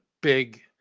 big